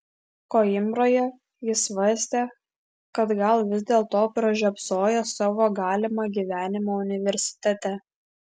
koimbroje jis svarstė kad gal vis dėlto pražiopsojo savo galimą gyvenimą universitete